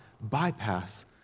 bypass